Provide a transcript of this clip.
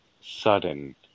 sudden